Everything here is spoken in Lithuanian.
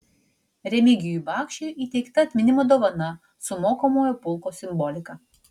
remigijui bakšiui įteikta atminimo dovana su mokomojo pulko simbolika